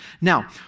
Now